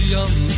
Young